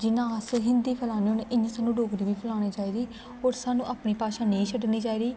जियां अस हिन्दी फैलाने होन्ने इ'यां सानूं डोगरी बी फैलाना चाहिदी और सानूं अपनी भाशा नेईं छड्डनी चाहिदी